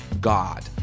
god